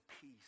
peace